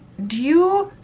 do you,